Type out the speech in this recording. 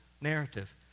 narrative